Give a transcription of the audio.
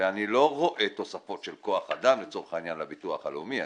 ואני לא רואה תוספות של כוח אדם לצורך העניין לביטוח הלאומי.